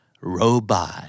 robot